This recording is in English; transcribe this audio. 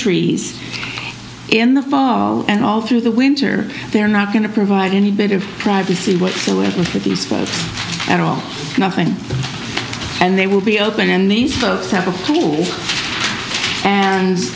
trees in the fall and all through the winter they're not going to provide any bit of privacy whatsoever for these folks at all nothing and they will be open and these folks have a p